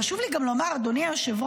חשוב לי לומר, אדוני היושב-ראש,